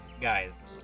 guys